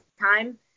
time